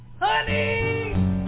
Honey